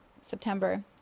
September